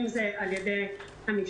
אם זה על ידי המשטרה.